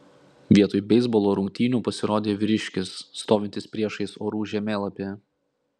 vietoj beisbolo rungtynių pasirodė vyriškis stovintis priešais orų žemėlapį